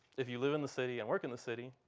if you live in the city and work in the city,